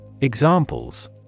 Examples